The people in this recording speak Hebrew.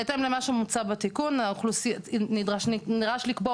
בהתאם למה שמוצע בתיקון נדרש לקבוע